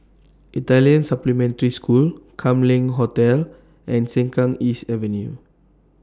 Italian Supplementary School Kam Leng Hotel and Sengkang East Avenue